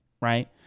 right